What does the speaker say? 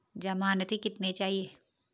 ज़मानती कितने चाहिये?